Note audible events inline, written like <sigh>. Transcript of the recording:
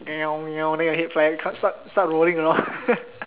<noise> then your head fly st~ start start rolling around <laughs>